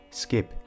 skip